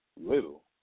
Little